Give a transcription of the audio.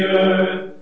earth